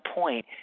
point –